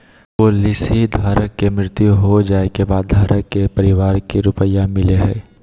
policy धारक के मृत्यु हो जाइ के बाद धारक के परिवार के रुपया मिलेय हइ